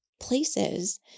places